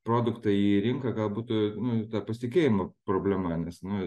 produktą į rinką gal būtų nu ta pasitikėjimo problema nes nu